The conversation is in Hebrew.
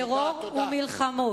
טרור ומלחמות.